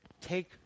take